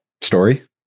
story